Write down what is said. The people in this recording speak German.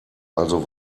also